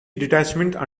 detachment